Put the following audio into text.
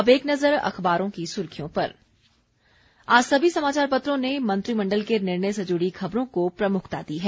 अब एक नजर अखबारों की सुर्खियों पर आज सभी समाचारपत्रों ने मंत्रिमण्डल के निर्णय से जुड़ी खबरों को प्रमुखता दी है